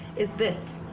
is this